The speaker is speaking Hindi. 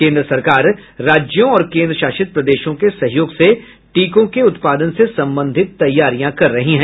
केंद्र सरकार राज्यों और केंद्रशासित प्रदेशों के सहयोग से टीकों के उत्पादन से संबंधित तैयारियां कर रही है